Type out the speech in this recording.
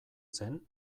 zen